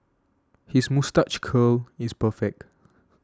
his moustache curl is perfect